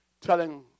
telling